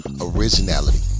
originality